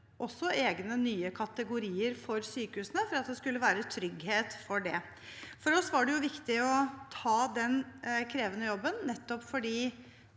også egne, nye kategorier for sykehusene for at det skulle være trygghet for det. For oss var det viktig å ta den krevende jobben nettopp fordi